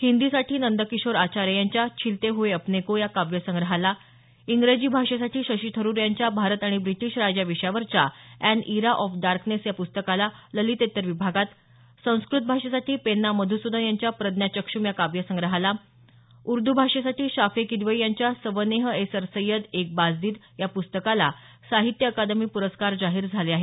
हिंदीसाठी नंदकिशोर आचार्य यांच्या छिलते हुए अपनें को या काव्यसंग्रहाला इंग्रजी भाषेसाठी शशी थरुर यांच्या भारत आणि ब्रिटीश राज या विषयावरच्या ऍन इरा ऑफ डार्कनेस या पुस्तकाला ललितेतर विभागात संस्कृत भाषेसाठी पेन्ना मधुसुदन यांच्या प्रज्ञाचक्षुम् या काव्यसंग्रहाला उर्दू भाषेसाठी शाफे किदवई यांच्या सवनेह ए सर सय्यद एक बाजदीद या पुस्तकाला साहित्य अकादमी पुरस्कार जाहीर झाले आहेत